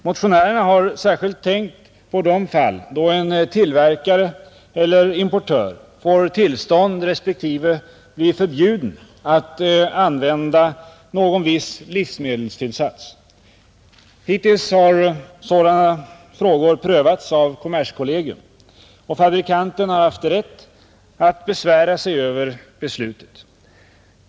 Motionärerna har särskilt tänkt på de fall då en tillverkare eller importör får tillstånd respektive blir förbjuden att använda någon viss livsmedelstillsats. Hittills har sådana frågor prövats av kommerskollegium, och fabrikanten har haft rätt att besvära sig över beslutet.